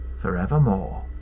forevermore